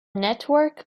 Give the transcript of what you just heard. network